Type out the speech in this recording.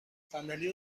برای